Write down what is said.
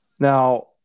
Now